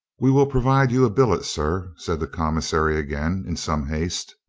we will provide you a billet, sir, said the com missary again in some haste.